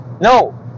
No